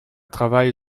travail